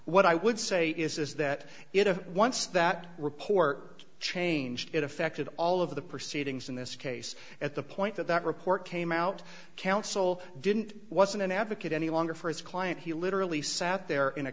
what i would say is that you know once that report changed it affected all of the proceedings in this case at the point that that report came out counsel didn't wasn't an advocate any longer for his client he literally sat there in a